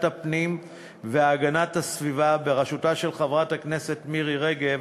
הפנים והגנת הסביבה בראשותה של חברת הכנסת מירי רגב,